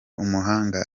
umuhanga